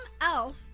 Elf